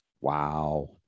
Wow